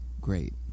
great